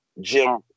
Jim